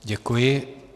Děkuji.